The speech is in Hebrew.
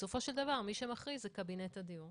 בסופו של דבר מי שמכריז זה קבינט הדיור.